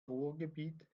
ruhrgebiet